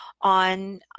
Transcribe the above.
on